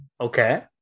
Okay